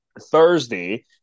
Thursday